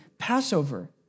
Passover